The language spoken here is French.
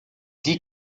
dit